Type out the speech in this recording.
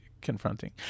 confronting